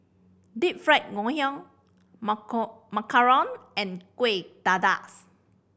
Deep Fried Ngoh Hiang macarons and Kuih Dadar